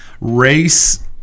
Race